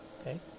okay